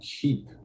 keep